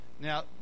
Now